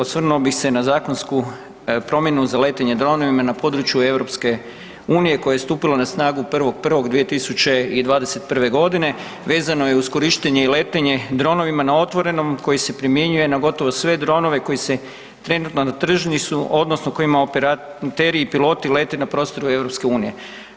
Osvrnuo bih se na zakonsku promjenu za letenje dronovima na području EU-a koja je stupila na snagu 1. 1. 2021. g., vezano je uz korištenje i letenje dronovima na otvorenom koji se primjenjuje na gotovo sve dronove koji se trenutno na tržištu odnosno kojima operateri i piloti lete na prostoru EU-a.